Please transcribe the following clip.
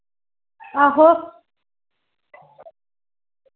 आहो